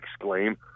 exclaim